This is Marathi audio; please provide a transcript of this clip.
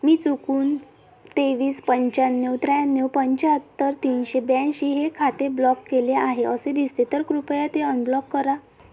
मी चुकून तेवीस पंच्याण्णव त्र्याण्णव पंच्याहत्तर तीनशे ब्याऐंशी हे खाते ब्लॉक केले आहे असे दिसते तर कृपया ते अनब्लॉक करा